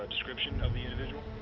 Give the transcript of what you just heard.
description of the individual?